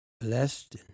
blessed